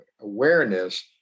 Awareness